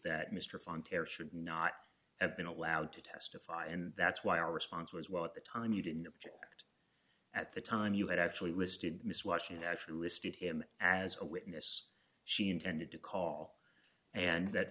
voluntary should not have been allowed to testify and that's why our response was well at the time you didn't object at the time you had actually listed miss washington actually listed him as a witness she intended to call and that